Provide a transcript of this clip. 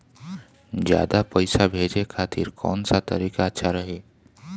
ज्यादा पईसा भेजे खातिर कौन सा तरीका अच्छा रही?